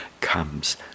comes